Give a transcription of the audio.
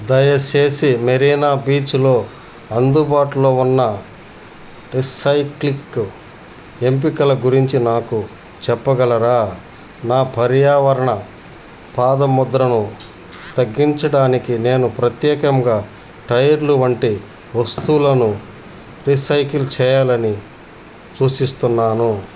దయచేసి మెరీనా బీచ్లో అందుబాటులో ఉన్న రీసైక్లింగ్ ఎంపికల గురించి నాకు చెప్పగలరా నా పర్యావరణ పాదముద్రను తగ్గించడానికి నేను ప్రత్యేకముగా టైర్లు వంటి వస్తువులను రీసైకిల్ చెయ్యాలని సూచిస్తున్నాను